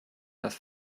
das